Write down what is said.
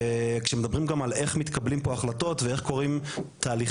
וכשמדברים גם על איך מתקבלים פה החלטות ואיך קורים תהליכים,